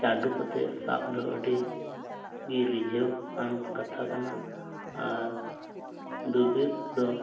ᱪᱟᱰᱚ ᱠᱟᱛᱮᱫ ᱥᱟᱵ ᱫᱚ ᱟᱹᱰᱤ ᱜᱮ ᱨᱤᱡᱷᱟᱹᱣ ᱟᱱ ᱠᱟᱛᱷᱟ ᱠᱟᱱᱟ ᱟᱨ ᱫᱩ ᱵᱤᱨ ᱫᱚ